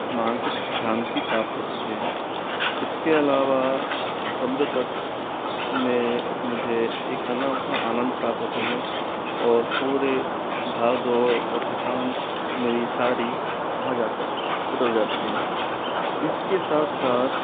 मानसिक शांति प्राप्त होती है इसके अलावा समुद्र तट में मुझे एक अनोखा आनंद प्राप्त होता है और पूरे भाग दौड़ और थकान मेरी सारी वहाँ जाकर उतर जाती है इसके साथ साथ